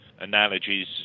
analogies